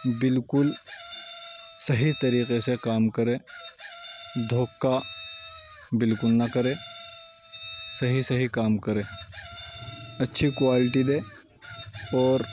بالکل صحیح طریقے سے کام کرے دھوکہ بالکل نہ کرے صحیح صحیح کام کرے اچھی کوالٹی دے اور